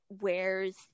wears